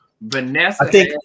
Vanessa